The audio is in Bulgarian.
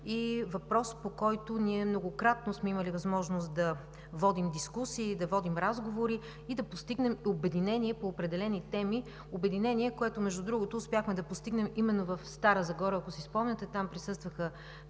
е въпрос, по който ние многократно сме имали възможност да водим дискусии, да водим разговори и да постигнем обединение по определени теми – обединение, което, между другото, успяхме да постигнем именно в Стара Загора. Ако си спомняте, там присъстваха